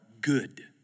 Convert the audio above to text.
good